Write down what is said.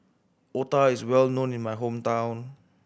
otah is well known in my hometown